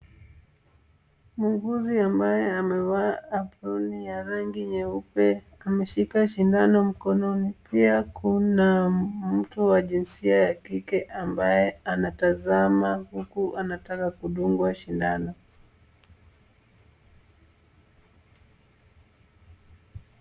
Muuguzi ambaye amevaa aproni ya rangi nyeupe ameshika sindano mkononi. Pia kuna mtu wa jinsia ya kike ambaye anatazama huku anataka kudungwa sindano.